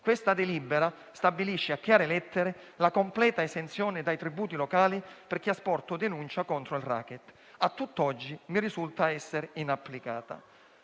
Questa delibera stabilisce infatti, a chiare lettere, la completa esenzione dai tributi locali per chi ha sporto denuncia contro il *racket*, ma a tutt'oggi risulta essere inapplicata.